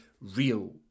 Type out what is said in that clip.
real